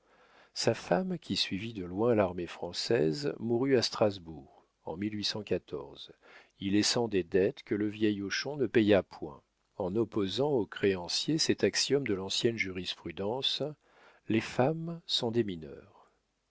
sa femme qui suivit de loin l'armée française mourut à strasbourg en y laissant des dettes que le vieil hochon ne paya point en opposant aux créanciers cet axiome de l'ancienne jurisprudence les femmes sont des mineurs